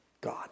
God